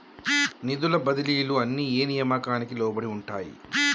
నిధుల బదిలీలు అన్ని ఏ నియామకానికి లోబడి ఉంటాయి?